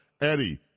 eddie